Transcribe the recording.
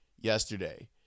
yesterday